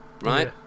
right